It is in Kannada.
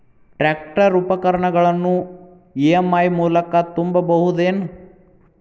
ಟ್ರ್ಯಾಕ್ಟರ್ ಉಪಕರಣಗಳನ್ನು ಇ.ಎಂ.ಐ ಮೂಲಕ ತುಂಬಬಹುದ ಏನ್?